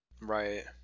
right